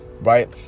right